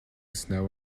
snow